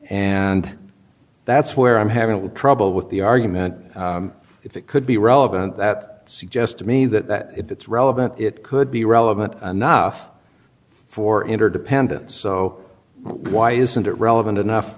and that's where i'm having trouble with the argument if it could be relevant that suggest to me that it's relevant it could be relevant nuff for interdependent so why isn't it relevant enough